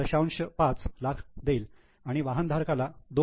5 लाख देईल आणि वाहन धारकाला 2